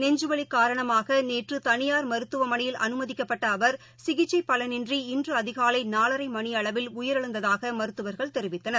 நெஞ்சுவலிகாரணமாகநேற்றுதனியார் மருத்துவமனையில் அனுமதிக்கப்பட்டஅவர் சிகிச்சைபலனின்றி இன்றுஅதிகாலைநாலரைமணிஅளவில் உயிரிழந்ததாகமருத்துவர்கள் தெரிவித்தனர்